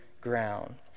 ground